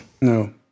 no